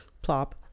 Plop